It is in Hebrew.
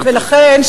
ולכן,